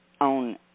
on